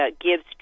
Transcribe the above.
gives